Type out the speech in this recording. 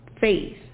Faith